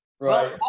Right